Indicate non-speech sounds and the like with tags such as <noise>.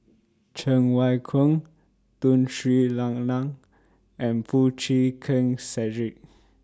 Cheng Wai Keung Tun Sri Lanang and Foo Chee Keng Cedric <noise>